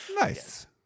Nice